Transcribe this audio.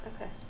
Okay